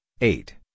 eight